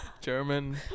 German